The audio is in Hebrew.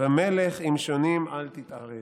ומלך עם שונים אל תתערב".